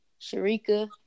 Sharika